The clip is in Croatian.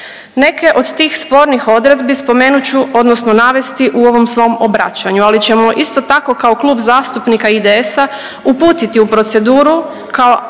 Neke od tih spornih odredbi spomenut ću, odnosno navesti u ovom svom obraćanju, ali ćemo isto tako kao Klub zastupnika IDS-a uputiti u proceduru kao